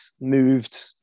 moved